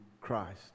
Christ